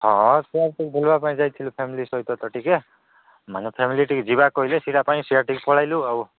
ହଁ ସେମିତି ଟିକେ ବୁଲିବା ପାଇଁ ଯାଇଥିଲୁ ଫ୍ୟାମିଲି ସହିତ ତ ଟିକେ ମାନେ ଫ୍ୟାମିଲି ଟିକେ ଯିବା କହିଲେ ସେଇଟା ପାଇଁ ସିଆଡେ ଟିକେ ପଳେଇଲୁ ଆଉ